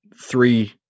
three